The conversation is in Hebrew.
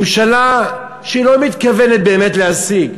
ממשלה שלא מתכוונת באמת להזיק.